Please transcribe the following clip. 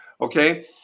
Okay